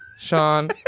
Sean